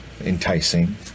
enticing